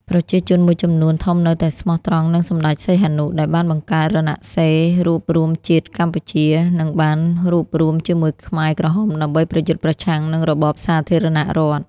ប្រជាជនមួយចំនួនធំនៅតែស្មោះត្រង់នឹងសម្ដេចសីហនុ ដែលបានបង្កើត រណសិរ្សរួបរួមជាតិកម្ពុជា និងបានរួបរួមជាមួយខ្មែរក្រហមដើម្បីប្រយុទ្ធប្រឆាំងនឹងរបបសាធារណរដ្ឋ។